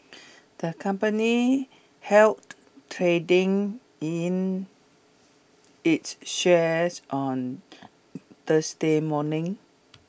the company trading in its shares on Thursday morning